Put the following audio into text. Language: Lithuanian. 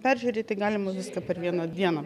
peržiūrėti galima viską per vieną dieną